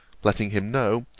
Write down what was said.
letting him know,